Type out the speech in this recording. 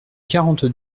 quarante